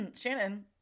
Shannon